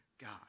God